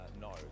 No